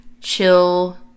chill